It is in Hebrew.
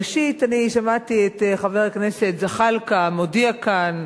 ראשית, אני שמעתי את חבר הכנסת זחאלקה מודיע כאן,